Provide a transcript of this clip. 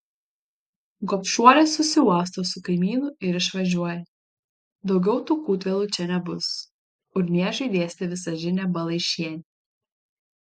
gobšuolė susiuosto su kaimynu ir išvažiuoja daugiau tų kūtvėlų čia nebus urniežiui dėstė visažinė balaišienė